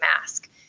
mask